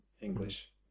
English